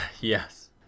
yes